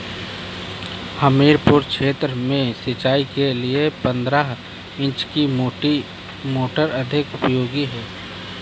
हमीरपुर क्षेत्र में सिंचाई के लिए पंद्रह इंची की मोटर अधिक उपयोगी है?